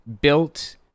built